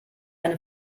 eine